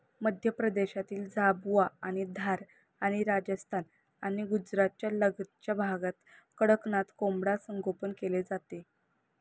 मध्य प्रदेशातील झाबुआ आणि धार आणि राजस्थान आणि गुजरातच्या लगतच्या भागात कडकनाथ कोंबडा संगोपन केले जाते